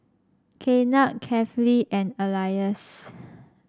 Kefli and Elyas